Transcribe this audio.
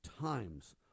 times